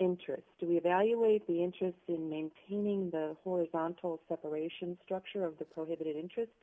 interests to be evaluate the interest in maintaining the horizontal separation structure of the prohibited interest